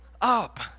up